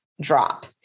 drop